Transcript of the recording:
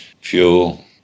fuel